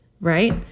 right